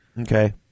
Okay